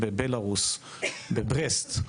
היהודית בברית-המועצות היה חריג ומאוד גבוה,